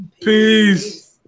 Peace